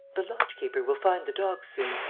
the lodge-keeper will find the dog soon.